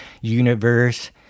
universe